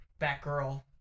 Batgirl